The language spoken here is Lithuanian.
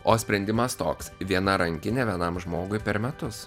o sprendimas toks viena rankinė vienam žmogui per metus